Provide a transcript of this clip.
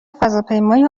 فضاپیمای